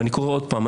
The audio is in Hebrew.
ואני קורא עוד פעם,